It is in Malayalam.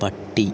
പട്ടി